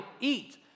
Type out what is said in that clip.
eat